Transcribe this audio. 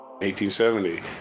1870